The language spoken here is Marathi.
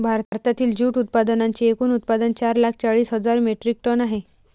भारतातील जूट उत्पादनांचे एकूण उत्पादन चार लाख चाळीस हजार मेट्रिक टन आहे